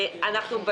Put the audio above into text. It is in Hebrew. בדיון